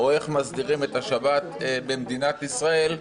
או איך מסדירים את השבת במדינת ישראל.